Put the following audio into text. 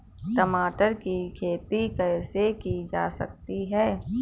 टमाटर की खेती कैसे की जा सकती है?